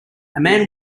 man